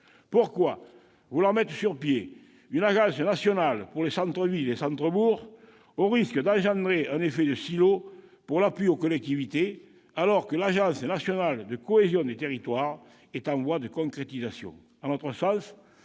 Pourquoi vouloir mettre sur pied une agence nationale pour les centres-villes et les centres-bourgs, au risque d'engendrer un effet de silo pour l'appui aux collectivités, alors que l'agence nationale pour la cohésion des territoires est en voie de concrétisation ?